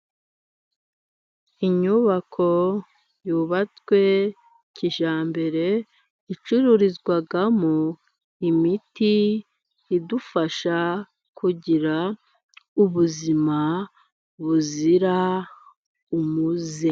Inyubako yubatswe kijyambere icururizwamo imiti idufasha kugira ubuzima buzira umuze.